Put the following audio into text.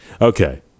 Okay